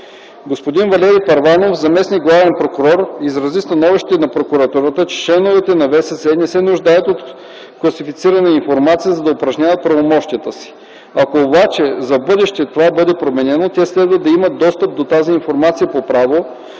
Господин Валери Първанов – заместник-главен прокурор, изрази становището на Прокуратурата, че членовете на ВСС не се нуждаят от класифицирана информация, за да упражняват правомощията си. Ако обаче за в бъдеще това бъде променено, те следва да имат достъп до тази информация по право,